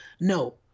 no